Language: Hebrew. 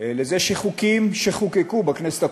לזה שחוקים שחוקקו בכנסת הקודמת,